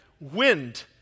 Wind